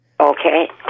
Okay